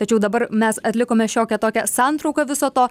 tačiau dabar mes atlikome šiokią tokią santrauką viso to